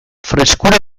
freskura